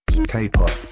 K-pop